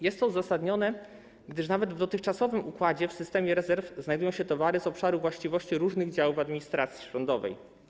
Jest to uzasadnione, gdyż nawet w dotychczasowym układzie w systemie rezerw znajdują się towary z obszaru właściwości różnych działów administracji rządowej.